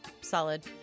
solid